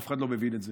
אף אחד לא מבין את זה.